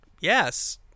yes